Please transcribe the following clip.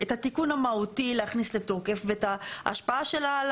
את התיקון המהותי להכניס לתוקף ואת ההשפעה שלה,